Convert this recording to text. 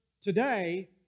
today